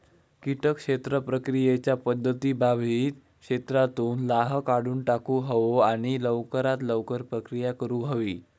किटक क्षेत्र प्रक्रियेच्या पध्दती बाधित क्षेत्रातुन लाह काढुन टाकुक हवो आणि लवकरात लवकर प्रक्रिया करुक हवी